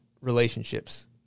relationships